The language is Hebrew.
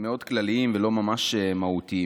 הם מאוד כלליים ולא ממש מהותיים.